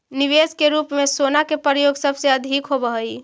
निवेश के रूप में सोना के प्रयोग सबसे अधिक होवऽ हई